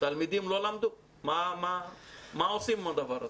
תלמידים לא למדו ומה עושים עם הדבר הזה?